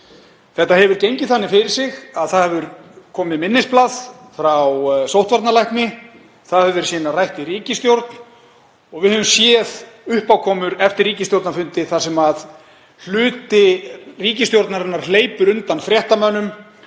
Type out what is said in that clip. Þetta hefur gengið þannig fyrir sig að komið hefur minnisblað frá sóttvarnalækni. Það hefur verið rætt í ríkisstjórn og við höfum séð uppákomur eftir ríkisstjórnarfundi þar sem hluti ríkisstjórnarinnar hleypur undan fréttamönnum,